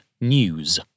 news